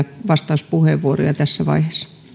vastauspuheenvuoroja tässä